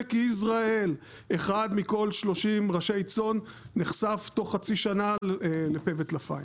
שבעמק יזרעאל אחד מכל 30 ראשי צאן נחשף תוך חצי שנה לפה וטלפיים.